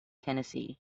tennessee